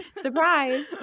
Surprise